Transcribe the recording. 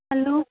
hello